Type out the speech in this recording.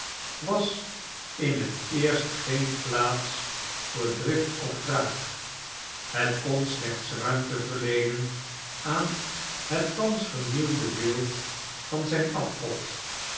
was in het eerst geen plaats voor drift of wraak het kon slechts ruimte verleenen aan het tlians vexnielde beeld van zijn afgod